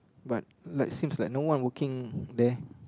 but like seems like no one working there